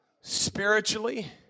spiritually